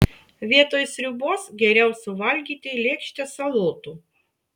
vietoj sriubos geriau suvalgyti lėkštę salotų